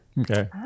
Okay